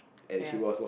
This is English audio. ya